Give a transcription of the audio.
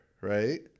right